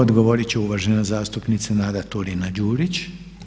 Odgovorit će uvažena zastupnica Nada Turina Đurić.